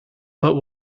but